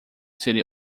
city